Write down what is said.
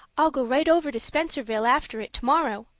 i'll go right over to spencervale after it tomorrow,